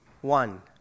one